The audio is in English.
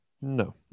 No